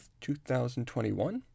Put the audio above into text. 2021